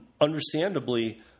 understandably